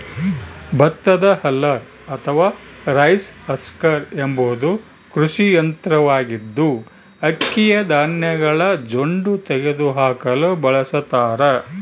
ಭತ್ತದ ಹಲ್ಲರ್ ಅಥವಾ rice husker ಎಂಬುದು ಕೃಷಿ ಯಂತ್ರವಾಗಿದ್ದು, ಅಕ್ಕಿಯ ಧಾನ್ಯಗಳ ಜೊಂಡು ತೆಗೆದುಹಾಕಲು ಬಳಸತಾರ